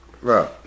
bro